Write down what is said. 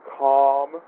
calm